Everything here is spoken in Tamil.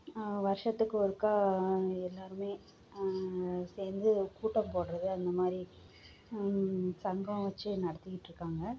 வருடத்துக்கு ஒருக்கா அவங்க எல்லாரும் சேர்ந்து கூட்டம் போடுறது அந்த மாதிரி சங்கம் வச்சு நடத்திக்கிட்டு இருக்காங்க